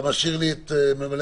אתה משאיר לי את סגנך?